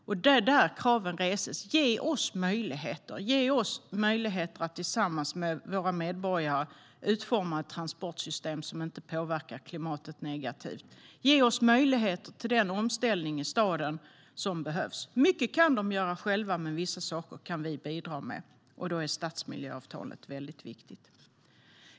Det är där kraven reses: Ge oss möjligheter att tillsammans med våra medborgare utforma ett transportsystem som inte påverkar klimatet negativt! Ge oss möjlighet till den omställning i staden som behövs! Mycket kan de göra själva, men vissa saker kan vi bidra med. Då är stadsmiljöavtalet viktigt.